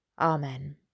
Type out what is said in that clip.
Amen